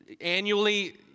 annually